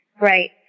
Right